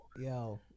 Yo